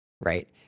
right